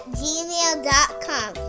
gmail.com